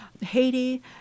Haiti